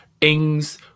Ings